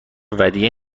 ودیعه